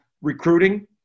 recruiting